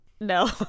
No